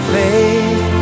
faith